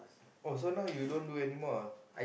oh so now you don't do anymore ah